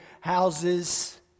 houses